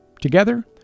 Together